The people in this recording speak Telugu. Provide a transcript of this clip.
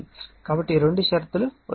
కాబట్టి ఈ రెండు షరతులు వర్తిస్తాయి